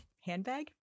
handbag